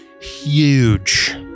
huge